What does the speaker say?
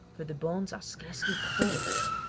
for the bones are scarcely cold